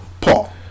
Paul